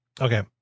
Okay